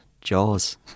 Jaws